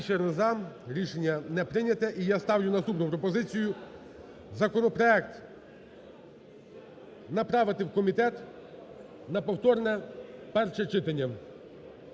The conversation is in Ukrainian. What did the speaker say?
За-214 Рішення не прийнято. І я ставлю наступну пропозицію. Законопроект направити в комітет на повторне перше читання.